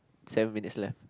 seven minutes left